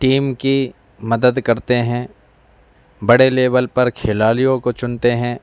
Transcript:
team کی مدد کرتے ہیں بڑے لیول پر کھلاڑیوں کو چنتے ہیں